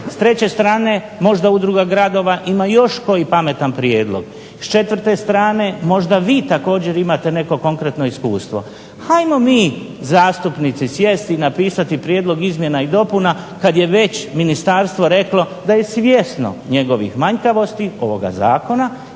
S treće strane, možda udruga gradova ima još koji pametan prijedlog. S četvrte strane, možda vi također imate neko konkretno iskustvo. Hajmo mi zastupnici sjesti i napisati prijedlog izmjena i dopuna kad je već ministarstvo reklo da je svjesno njegovih manjkavosti ovoga zakona